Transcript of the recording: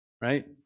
Right